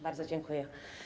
Bardzo dziękuję.